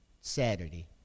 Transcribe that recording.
Saturday